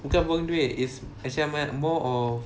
bukan buang duit is actually I'm I'm more of